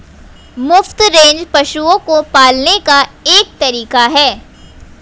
मुफ्त रेंज पशुओं को पालने का एक तरीका है